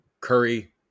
Curry